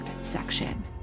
section